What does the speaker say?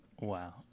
Wow